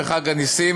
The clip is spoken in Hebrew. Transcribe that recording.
בחג הנסים,